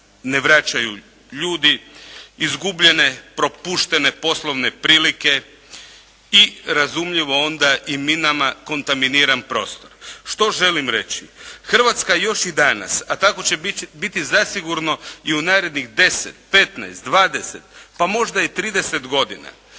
ne vraćaju ljudi, izgubljene, propuštene poslovne prilike i razumljivo onda i minama kontaminiran prostor. Što želim reći? Hrvatska još i danas, a tako će biti zasigurno i u narednih 10, 15, 20 pa možda i 30 godina